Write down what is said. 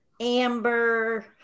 Amber